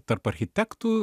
tarp architektų